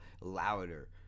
louder